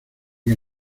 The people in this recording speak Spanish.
que